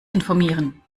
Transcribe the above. informieren